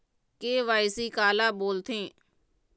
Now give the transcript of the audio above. KYC काला बोलथें?